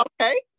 Okay